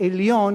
העליון